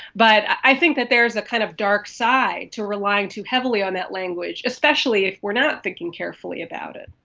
but i think that there is a kind of dark side to relying too heavily on that language, especially if we are not thinking carefully about it.